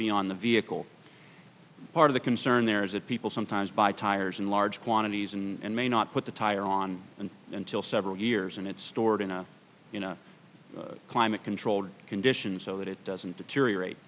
be on the vehicle part of the concern there is that people sometimes buy tires in large quantities and may not put the tire on an until several years and it's stored in a in a climate controlled conditions so that it doesn't deteriorate